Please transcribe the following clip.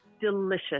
delicious